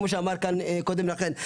כמו שאמר כאן קודם לכן,